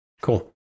Cool